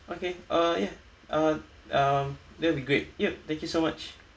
okay uh ya uh uh that will be great yup thank you so much